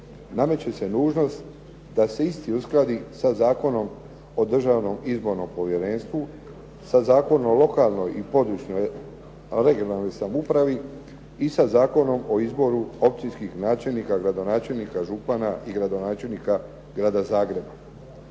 nameće se nužnost da se isti uskladi sa Zakonom o Državnom izbornom povjerenstvu, sa Zakonom o lokalnoj i područnoj (regionalnoj) samoupravi i sa Zakonom o izboru općinskih načelnika, gradonačelnika, župana i gradonačelnika Grada Zagreba.